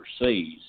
overseas